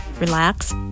relax